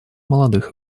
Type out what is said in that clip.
молодых